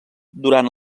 durant